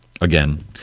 again